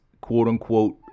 quote-unquote